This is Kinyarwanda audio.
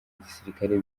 gisirikare